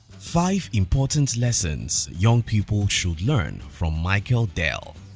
five important lessons young people should learn from michael dell